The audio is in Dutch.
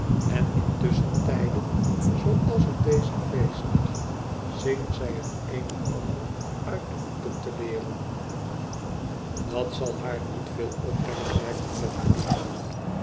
en in tusschentijden zooals op dezen feestdag zien zij het een en ander uit de boeken te leeren dat zal haar niet veel opbrengen merkte fledgeby aan